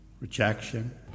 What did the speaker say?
rejection